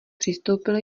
přistoupil